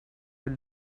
will